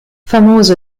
famoso